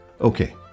Okay